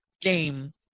game